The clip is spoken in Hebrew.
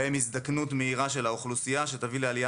בהם הזדקנות מהירה של האוכלוסייה שתביא לעלייה